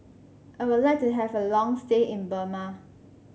I would like to have a long stay in Burma